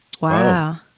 Wow